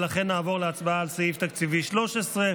ולכן נעבור להצבעה על סעיף תקציבי 13,